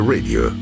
Radio